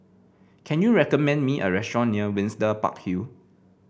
can you recommend me a restaurant near Windsor Park Hill